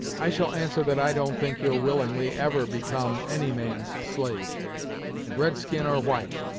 i shall answer that i don't think you'll, willingly, ever become any man's slave red-skin or white.